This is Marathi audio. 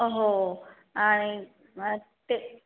हो आणि मग ते